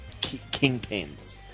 kingpins